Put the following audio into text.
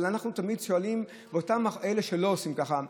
אבל אנחנו תמיד שואלים: אלו שלא עושים ככה,